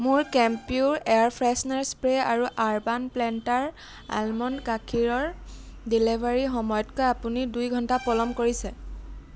মোৰ কেম্পিউৰ air freshener spray আৰু আৰ্বান প্লেণ্টাৰ আলমণ্ড গাখীৰৰ ডেলিভাৰীৰ সময়তকৈ আপুনি দুই ঘণ্টা পলম কৰিছে